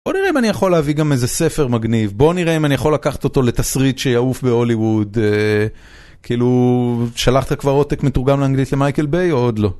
בוא נראה אם אני יכול להביא גם איזה ספר מגניב, בוא נראה אם אני יכול לקחת אותו לתסריט שיעוף בוליווד. כאילו, שלחת כבר עותק מתרוגם לנגדית למייקל ביי או עוד לא? לא שלחתי כי לא היה לי זמן